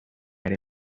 ere